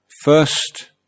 first